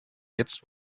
jetzt